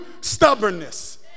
stubbornness